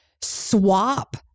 swap